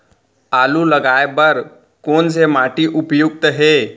आलू लगाय बर कोन से माटी उपयुक्त हे?